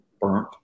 burnt